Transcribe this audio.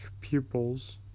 pupils